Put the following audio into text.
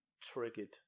triggered